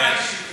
כן.